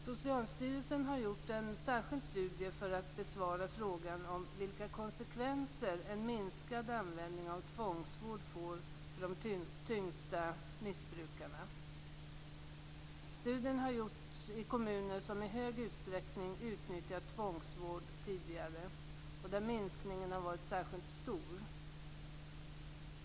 Socialstyrelsen har gjort en särskild studie för att besvara frågan om vilka konsekvenser en minskad användning av tvångsvård fått för de tyngsta missbrukarna. Studien har gjorts i kommuner som i stor utsträckning utnyttjat tvångsvård tidigare och där minskningen varit särskilt stor.